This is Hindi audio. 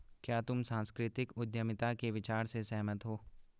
क्या तुम सांस्कृतिक उद्यमिता के विचार से सहमत हो?